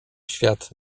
świat